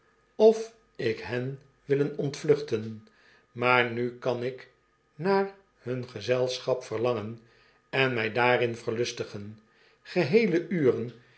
schuwenofikhen willen ontvluchten maar nu kan ik naar hun gezelschap verlangen en mij daarin verlustigen geheele uren